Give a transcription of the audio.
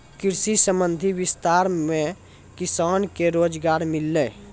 कृषि संबंधी विस्तार मे किसान के रोजगार मिल्लै